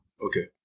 Okay